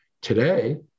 Today